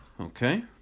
Okay